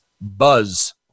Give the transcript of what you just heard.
buzz